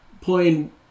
playing